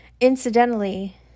Incidentally